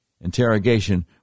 interrogation